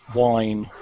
wine